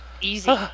Easy